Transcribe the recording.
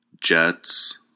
Jets